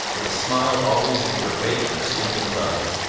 with a smile always either awake or asleep in his eyes,